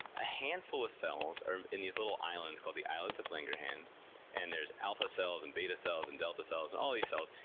a handful of cells are in these islands called the islets of langerhans and there's alpha cells, and beta cells, and delta cells, and all these cells,